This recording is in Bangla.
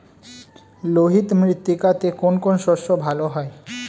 লোহিত মৃত্তিকাতে কোন কোন শস্য ভালো হয়?